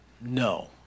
no